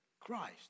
Christ